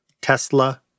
Tesla